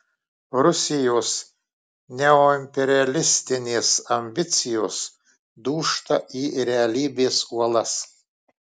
rusijos neoimperialistinės ambicijos dūžta į realybės uolas